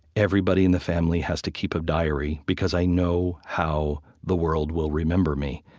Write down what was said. everybody in the family has to keep a diary because i know how the world will remember me.